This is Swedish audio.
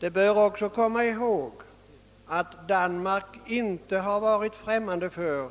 Vi bör också komma ihåg att Danmark inte varit främmande för